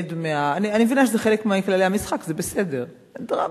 אני מבינה שזה חלק מכללי המשחק, זה בסדר, דרמות,